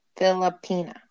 Filipina